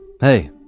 Hey